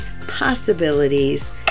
possibilities